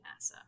NASA